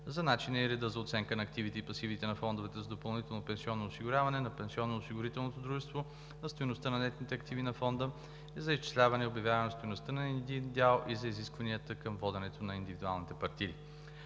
за начина и реда за оценка на активите и пасивите на фондовете за допълнително пенсионно осигуряване, на пенсионноосигурителното дружество, на стойността на нетните активи на фонда, за изчисляване и обявяване на стойността на един дял и за изискванията към воденето на индивидуалните партиди.